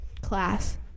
class